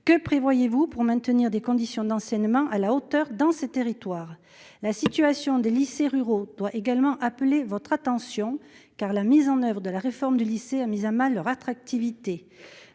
Que prévoyez-vous pour maintenir des conditions d'enseignement à la hauteur dans ces territoires, la situation des lycées ruraux doit également appeler votre attention car la mise en oeuvre de la réforme du lycée a mis à mal leur attractivité.